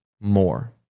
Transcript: more